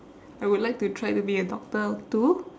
I would like to try to be a doctor too